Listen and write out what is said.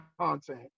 content